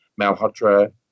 Malhotra